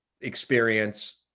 experience